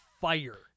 fire